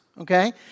Okay